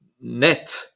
net